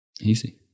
Easy